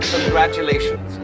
Congratulations